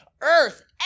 earth